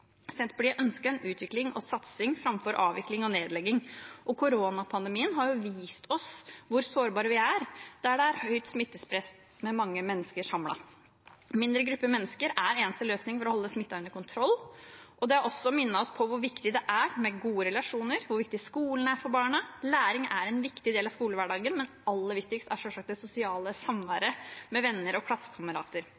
Senterpartiet ønsker en utvikling og satsing framfor avvikling og nedlegging. Koronapandemien har vist oss hvor sårbare vi er der det er høyt smittepress med mange mennesker samlet. Mindre grupper av mennesker er eneste løsning for å holde smitten under kontroll. Det har også minnet oss på hvor viktig det er med gode relasjoner, hvor viktig skolen er for barna. Læring er en viktig del av skolehverdagen, men aller viktigst er selvsagt det sosiale